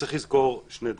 צריך לזכור שני דברים.